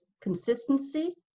consistency